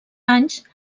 anys